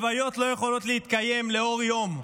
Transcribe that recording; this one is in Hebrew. לוויות לא יכולות להתקיים לאור יום,